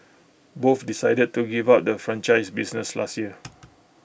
both decided to give up the franchise business last year